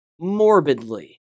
morbidly